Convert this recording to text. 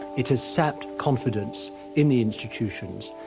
it has sapped confidence in the institutions,